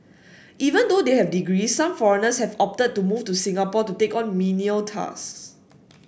even though they have degree some foreigners have opted to move to Singapore to take on menial tasks